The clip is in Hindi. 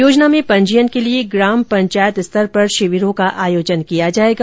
योजना में पंजीयन के लिए ग्राम पंचायत स्तर पर शिविरों का आयोजन किया जाएगा